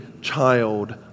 child